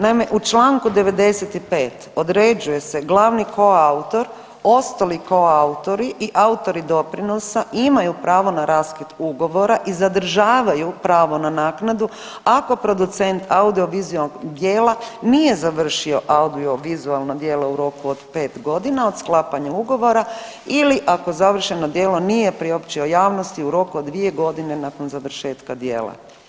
Naime, u čl. 95. određuje se glavni koautor, ostali koautori i autori doprinosa imaju pravo na raskid ugovora i zadržavaju pravo na naknadu ako producent audiovizualnog djela nije završio audiovizualno djelo u roku od pet godina od sklapanja ugovora ili ako završeno djelo nije priopćio javnosti u roku od dvije godine nakon završetka djela.